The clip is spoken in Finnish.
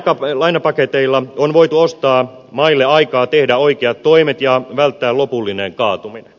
lainapaketeilla on voitu ostaa maille aikaa tehdä oikeat toimet ja välttää lopullinen kaatuminen